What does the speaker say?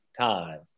time